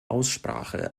aussprache